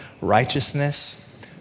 righteousness